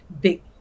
Big